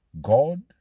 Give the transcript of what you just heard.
God